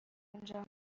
انجام